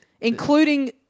including